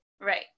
Right